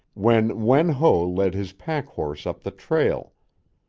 when wen ho led his pack-horse up the trail.